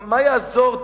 מה יעזור?